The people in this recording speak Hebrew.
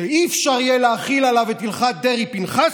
שאי-אפשר יהיה להחיל עליו את הלכת דרעי-פנחסי.